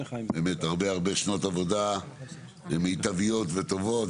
באמת הרבה הרבה שנות עבודה מיטביות וטובות,